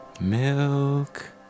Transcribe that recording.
Milk